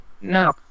No